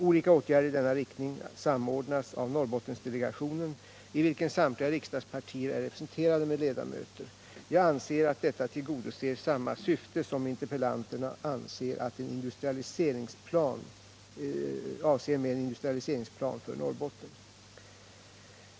Olika åtgärder i denna riktning samordnas av Norrbottensdelegationen, i vilken samtliga riksdagspartier är representerade med ledamöter. Jag anser att detta tillgodoser samma syfte som interpellanterna avser med en industrialiseringsplan för Norrbotten.